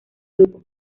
grupo